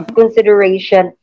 consideration